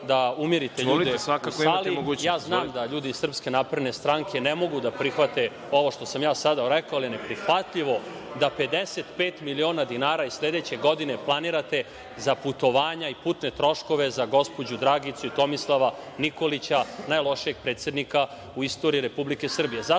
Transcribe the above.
da umirite ljude u sali. Ja znam da ljudi iz SNS ne mogu da prihvate ovo što sam ja sada rekao, ali je neprihvatljivo da 55 miliona dinara i sledeće godine planirate za putovanja i putne troškove za gospođu Dragicu i Tomislava Nikolića, najlošijeg predsednika u istoriji Republike Srbije. Zato